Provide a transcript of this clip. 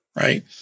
right